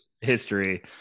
history